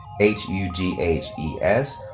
H-U-G-H-E-S